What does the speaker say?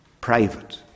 private